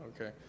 Okay